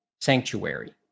sanctuary